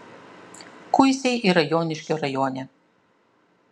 kuisiai yra joniškio rajone